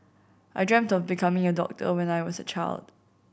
I dreamt of becoming a doctor when I was a child